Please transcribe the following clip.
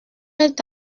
est